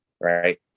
Right